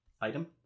item